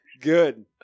Good